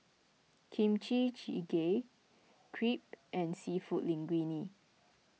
Kimchi Jjigae Crepe and Seafood Linguine